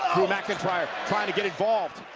drew mcintyre trying to get involved